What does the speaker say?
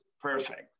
perfect